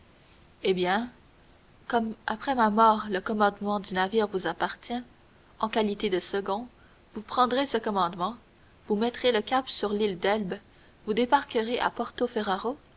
eh bien comme après ma mort le commandement du navire vous appartient en qualité de second vous prendrez ce commandement vous mettrez le cap sur l'île d'elbe vous débarquerez à